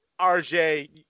RJ